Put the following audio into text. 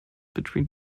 between